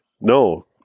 no